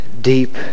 deep